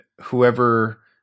whoever